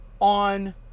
on